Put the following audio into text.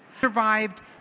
Survived